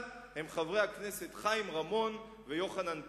הם חברי הכנסת חיים רמון ויוחנן פלסנר.